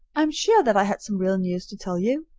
i am sure that i had some real news to tell you,